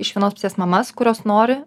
iš vienos pusės mamas kurios nori